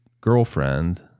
girlfriend